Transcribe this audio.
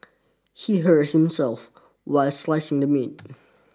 he hurt himself while slicing the meat